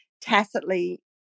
tacitly